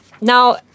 Now